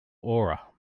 aura